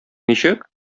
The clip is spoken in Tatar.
ничек